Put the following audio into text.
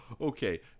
Okay